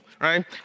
right